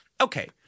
Okay